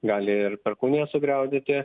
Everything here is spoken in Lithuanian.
gali ir perkūnija sugriaudėti